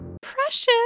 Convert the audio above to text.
Precious